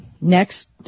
next